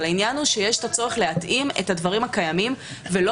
העניין הוא שיש את הצורך להתאים את הדברים הקיימים ולא